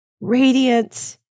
radiant